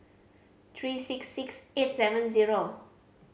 three six six eight seven zero